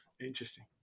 Interesting